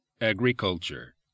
agriculture